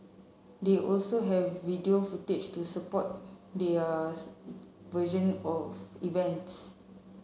they also have video footage to support theirs version of events